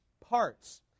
parts